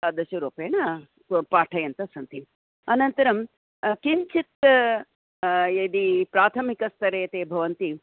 तादूशरूपेण पाठयन्तः सन्ति अनन्तरं किञ्चित् यदि प्राथमिकस्तरे ते भवन्ति